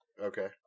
Okay